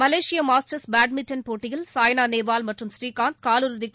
மலேசிய masters badminton போட்டியில் சாய்னா நேவால் மற்றும் ஸ்ரீகாந்த் கால் இறுதிக்கு